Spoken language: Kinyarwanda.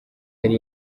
yari